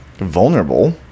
vulnerable